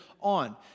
on